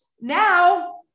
now